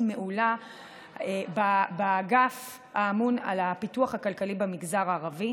מעולה באגף הממונה על הפיתוח הכלכלי במגזר הערבי,